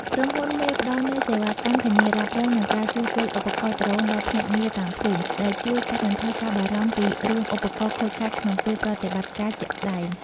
ក្រុមហ៊ុនមេផ្ដល់នូវសេវាកម្មធានារ៉ាប់រង និងការជួសជុលឧបករណ៍ដ្រូនដល់ភ្នាក់ងារតាមភូមិ ដែលជួយកាត់បន្ថយការបារម្ភពីរឿងឧបករណ៍ខូចខាតក្នុងពេលប្រតិបត្តិការជាក់ស្ដែង។